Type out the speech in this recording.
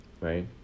right